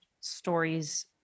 stories